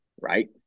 right